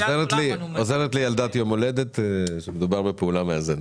עוזרת לי ילדת יום הולדת שמדובר בפעולה מאזנת.